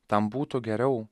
tam būtų geriau